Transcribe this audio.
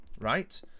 right